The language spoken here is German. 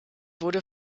wurde